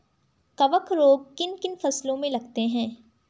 कवक रोग किन किन फसलों में लगते हैं?